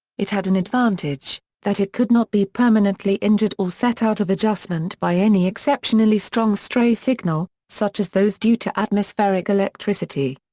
it had an advantage, that it could not be permanently injured or set out of adjustment by any exceptionally strong stray signal, such as those due to atmospheric electricity.